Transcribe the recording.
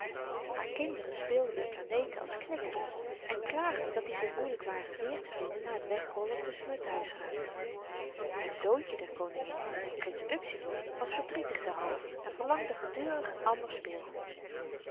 haar kinderen speelden met planeten als knikkers en klaagden dat die zoo moeilyk waren weer te vinden na t wegrollen tusschen t huisraad het zoontje der koningin prins upsilon was verdrietig daarover en verlangde gedurig ander speelgoed